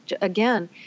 again